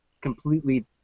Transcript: completely